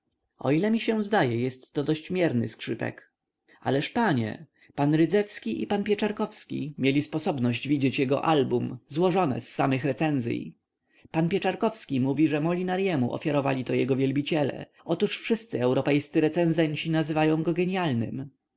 o ile mi się zdaje jestto dosyć mierny skrzypek ależ panie pan rydzewski i pan pieczarkowski mieli sposobność widzieć jego album złożone z samych recenzyj pan pieczarkowski mówi że molinaremu ofiarowali to jego wielbiciele otóż wszyscy europejscy recenzenci nazywają go genialnym